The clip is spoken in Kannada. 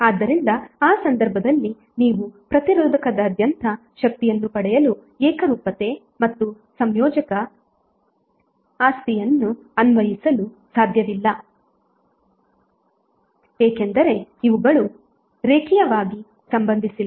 ಆದ್ದರಿಂದ ಆ ಸಂದರ್ಭದಲ್ಲಿ ನೀವು ಪ್ರತಿರೋಧಕದಾದ್ಯಂತ ಶಕ್ತಿಯನ್ನು ಪಡೆಯಲು ಏಕರೂಪತೆ ಮತ್ತು ಸಂಯೋಜಕ ಆಸ್ತಿಯನ್ನು ಅನ್ವಯಿಸಲು ಸಾಧ್ಯವಿಲ್ಲ ಏಕೆಂದರೆ ಇವುಗಳು ರೇಖೀಯವಾಗಿ ಸಂಬಂಧಿಸಿಲ್ಲ